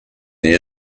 the